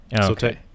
Okay